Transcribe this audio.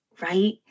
right